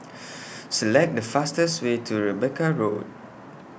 Select The fastest Way to Rebecca Road